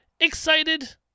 excited